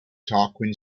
tarquin